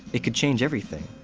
it could change everything.